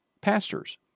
Pastors